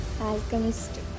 Alchemist